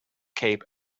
cape